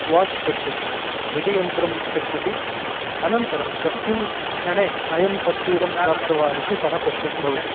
watch पश्यति घटियन्त्रं पश्यति अनन्तरं कस्मिन् क्षणे अयं तत्तीरं प्राप्तवान् इति सः पश्यन् भवति